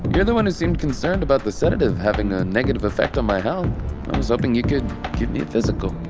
you're the one who seemed concerned about the sedative having a negative effect on my health. i was hoping you could give me a physical.